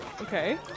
Okay